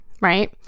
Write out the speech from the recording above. Right